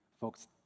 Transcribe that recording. Folks